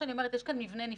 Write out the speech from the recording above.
יש כאן מבנה נפלא,